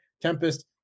Tempest